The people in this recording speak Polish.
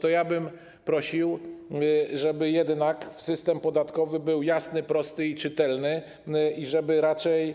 To ja bym prosił, żeby jednak system podatkowy był jasny, prosty i czytelny, żeby raczej